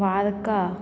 वार्का